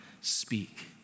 speak